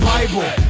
Bible